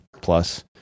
plus